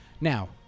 Now